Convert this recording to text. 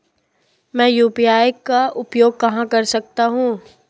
मैं यू.पी.आई का उपयोग कहां कर सकता हूं?